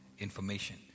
information